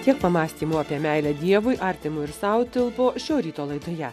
tiek pamąstymų apie meilę dievui artimui ir sau tilpo šio ryto laidoje